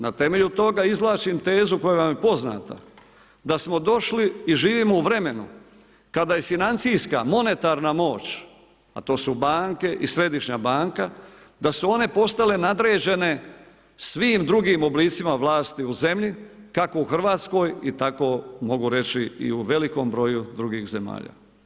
Na temelju toga izvlačim tezu koja vam je poznata, da smo došli i živimo u vremenu kada je financijska, monetarna moć, a to su banke i središnja banka da su one postale nadređene svim drugim oblicima vlasti u zemlji kako u Hrvatskoj tako mogu reći i u velikom broju drugih zemalja.